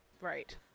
Right